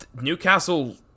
Newcastle –